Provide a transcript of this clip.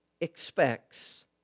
expects